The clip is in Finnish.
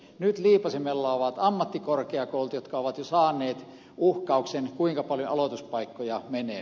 nyt liipaisimella ovat ammattikorkeakoulut jotka ovat jo saaneet uhkauksen kuinka paljon aloituspaikkoja menee